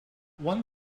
one